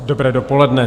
Dobré dopoledne.